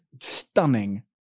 stunning